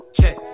Check